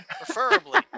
Preferably